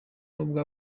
nubwo